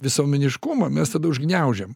visuomeniškumą mes tada užgniaužiam